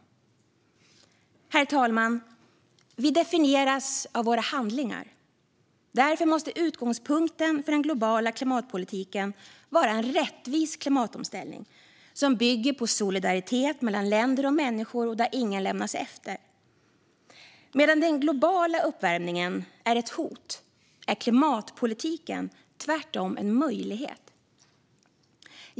Herr talman! Vi definieras av våra handlingar. Därför måste utgångspunkten för den globala klimatpolitiken vara en rättvis klimatomställning som bygger på solidaritet mellan länder och människor och där ingen lämnas efter. Medan den globala uppvärmningen är ett hot är klimatpolitiken tvärtom en möjlighet.